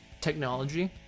technology